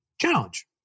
challenge